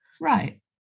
Right